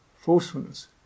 forcefulness